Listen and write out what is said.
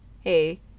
hey